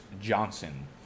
Johnson